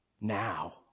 Now